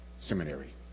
Seminary